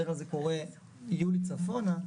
בדרך כלל זה קורה ביולי צפונה,